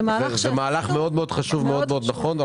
זה מהלך מאוד מאוד חשוב ונכון.